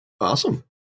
Awesome